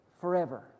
forever